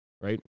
right